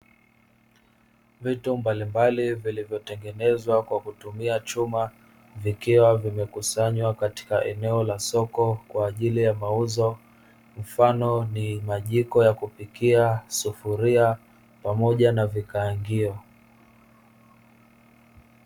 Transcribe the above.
Vitu mbalimbali vilivyotengenezwa kwa kutumia chuma vikiwa vimekusanywa karika eneo la soko kwa ajili ya mauzo, mfano ni majiko ya kupikia, sufuria pamoja na vikaangio.